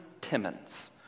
Timmons